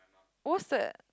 what's that